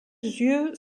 yeux